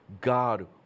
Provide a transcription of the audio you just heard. God